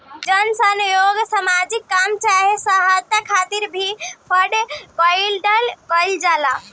जन सह योग से सामाजिक काम चाहे सहायता खातिर भी फंड इकट्ठा कईल जाला